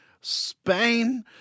Spain